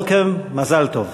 Welcome, מזל טוב.